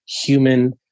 human